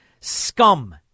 scum